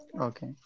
Okay